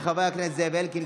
של חברי הכנסת זאב אלקין,